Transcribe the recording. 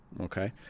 Okay